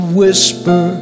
whisper